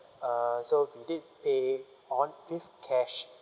uh so we did pay on with cash